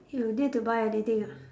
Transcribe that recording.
you need to buy anything ah